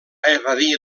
evadir